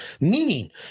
meaning